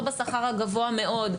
לא בשכר הגבוה מאוד,